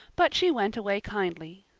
but she went away kindly,